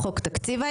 לא, הכול חשוב.